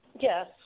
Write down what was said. Yes